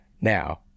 Now